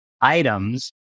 items